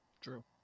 True